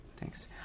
Thanks